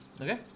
Okay